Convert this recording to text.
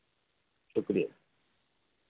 शुक्रिया